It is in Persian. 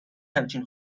همچین